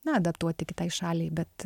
na adaptuoti kitai šaliai bet